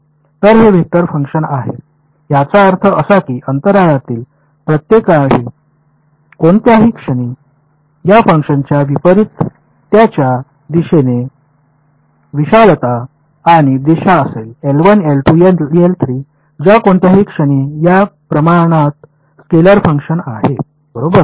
तर हे vector function आहे याचा अर्थ असा की अंतराळातील कोणत्याही क्षणी या फंक्शनच्या विपरीत त्याच्या दिशेने विशालता आणि दिशा असेल ज्या कोणत्याही क्षणी या प्रमाणात स्केलर फंक्शन आहे बरोबर